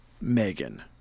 Megan